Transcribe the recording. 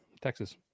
Texas